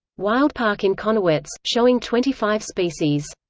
wildpark in connewitz, showing twenty five species.